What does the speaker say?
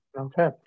Okay